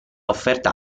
offerta